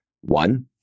One